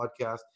podcast